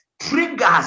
triggers